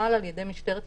שמנוהל על ידי משטרת ישראל,